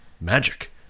magic